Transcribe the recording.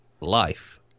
life